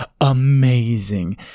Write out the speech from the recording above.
amazing